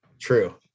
True